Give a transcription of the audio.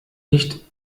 nicht